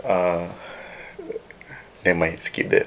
uh nevermind skip that